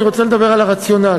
אני רוצה לדבר על הרציונל,